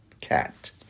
cat